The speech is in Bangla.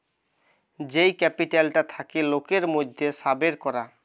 যেই ক্যাপিটালটা থাকে লোকের মধ্যে সাবের করা